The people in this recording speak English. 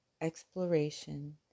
exploration